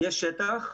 יש שטח.